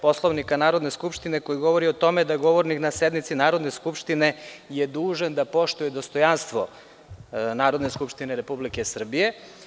Poslovnika Narodne skupštine koji govori o tome da govornik na sednici Narodne skupštine je dužan da poštuje dostojanstvo Narodne skupštine Republike Srbije.